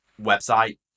website